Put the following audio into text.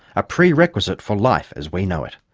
a prerequisite for life as we know it.